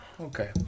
Okay